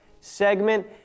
segment